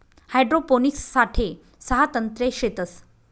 hydroponics साठे सहा तंत्रे शेतस